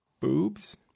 Boobs